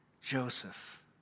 Joseph